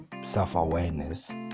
self-awareness